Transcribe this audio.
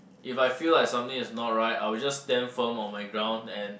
if I feel like something is not right I will just stand firm on my ground and